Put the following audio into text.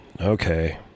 Okay